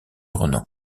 renan